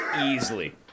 easily